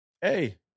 Hey